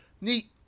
neat